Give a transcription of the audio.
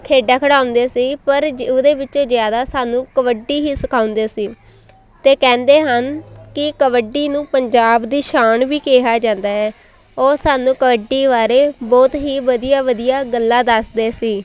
ਖੇਡਾਂ ਖਿਡਾਉਂਦੇ ਸੀ ਪਰ ਜ ਉਹਦੇ ਵਿੱਚ ਜ਼ਿਆਦਾ ਸਾਨੂੰ ਕਬੱਡੀ ਹੀ ਸਿਖਾਉਂਦੇ ਸੀ ਅਤੇ ਕਹਿੰਦੇ ਹਨ ਕਿ ਕਬੱਡੀ ਨੂੰ ਪੰਜਾਬ ਦੀ ਸ਼ਾਨ ਵੀ ਕਿਹਾ ਜਾਂਦਾ ਹੈ ਉਹ ਸਾਨੂੰ ਕਬੱਡੀ ਬਾਰੇ ਬਹੁਤ ਹੀ ਵਧੀਆ ਵਧੀਆ ਗੱਲਾਂ ਦੱਸਦੇ ਸੀ